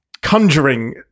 conjuring